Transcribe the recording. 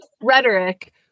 rhetoric